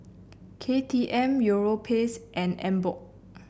K T M Europace and Emborg